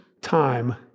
time